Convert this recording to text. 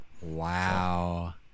wow